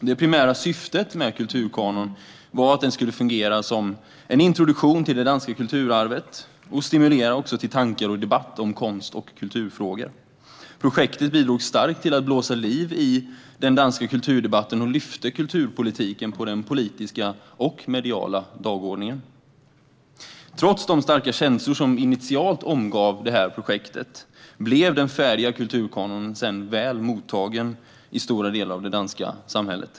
Det primära syftet med denna kulturkanon var att den skulle fungera som en introduktion till det danska kulturarvet och också stimulera till tankar och debatt om konst och kulturfrågor. Projektet bidrog starkt till att blåsa liv i den danska kulturdebatten och lyfte upp kulturpolitiken på den politiska och mediala dagordningen. Trots de starka känslor som initialt omgav projektet blev den färdiga kulturkanonen sedan väl mottagen i stora delar av det danska samhället.